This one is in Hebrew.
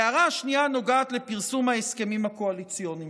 ההערה השנייה נוגעת לפרסום ההסכמים הקואליציוניים.